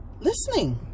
listening